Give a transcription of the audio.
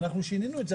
ואנחנו שינינו את זה.